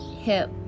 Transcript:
hip